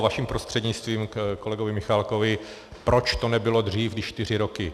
Vaším prostřednictvím ke kolegovi Michálkovi, proč to nebylo dřív, když čtyři roky.